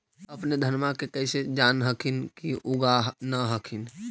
अपने धनमा के कैसे जान हखिन की उगा न हखिन?